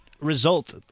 result